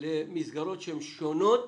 למסגרות שהן שונות